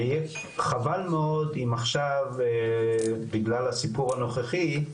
ויהיה חבל מאוד אם עכשיו בגלל הסיפור הנוכחי,